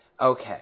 Okay